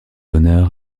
honneur